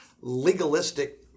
legalistic